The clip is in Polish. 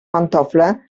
pantofle